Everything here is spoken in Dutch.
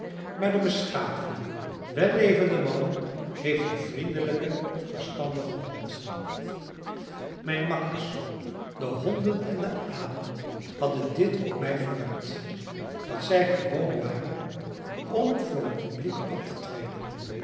maar de beschaafde wellevende man heeft een vriendelijken verstandigen hond mijn makkers de honden en de aap hadden dit op mij vooruit dat zij gewoon waren om voor het publiek op te treden